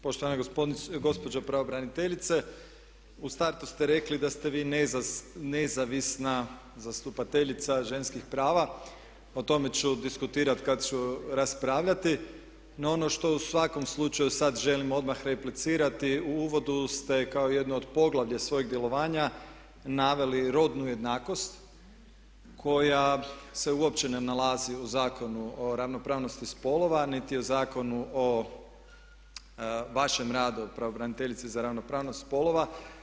Poštovana gospođo pravobraniteljice, u startu ste rekli da ste vi nezavisna zastupateljica ženskih prava, o tome ću diskutirati kada ću raspravljati no ono što u svakom slučaju sada želim odmah replicirati, u uvodu ste kao jedno od poglavlja svojeg djelovanja naveli rodnu jednakost koja se uopće ne nalazi u Zakonu o ravnopravnosti spolova niti u Zakonu o vašem radu, pravobraniteljice za ravnopravnost spolova.